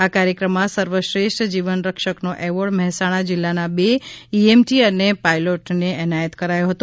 આ કાર્યક્રમમાં સર્વશ્રેષ્ઠ જીવન રક્ષકનો એવોર્ડ મહેસાણા જિલ્લાના બે ઈએમટી અને પાઇલોટને એનાયત કરાયો હતો